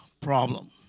problem